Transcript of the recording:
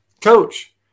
Coach